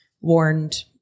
warned